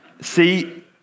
See